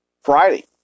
Friday